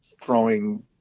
throwing